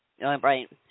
Right